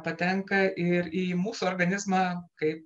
patenka ir į mūsų organizmą kaip